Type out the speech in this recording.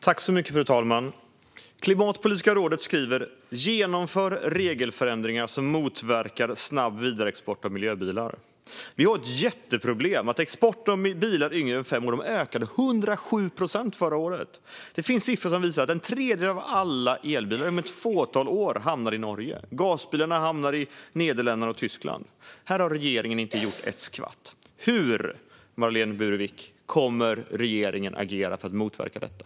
Fru talman! Klimatpolitiska rådet skriver: Genomför regelförändringar som motverkar snabb vidareexport av miljöbilar. Vi har ett jätteproblem, nämligen att exporten av bilar yngre än fem år ökade med 107 procent förra året. Det finns siffror som visar att en tredjedel av alla elbilar inom ett fåtal år hamnar i Norge, och gasbilarna hamnar i Nederländerna och Tyskland. Här har regeringen inte gjort ett skvatt. Hur, Marlene Burwick, kommer regeringen att agera för att motverka detta?